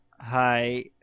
Hi